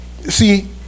see